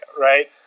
right